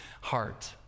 heart